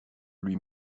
lui